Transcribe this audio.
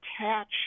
attach